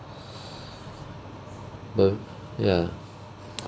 the ya